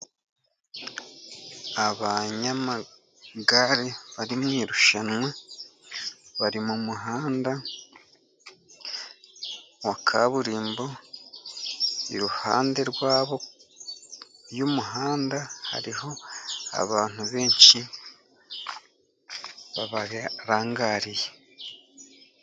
Abanyamagare bari mu irushanwa, bari mu muhanda wa kaburimbo, iruhande (rwabo) y' umuhanda hariho abantu benshi babarangariye.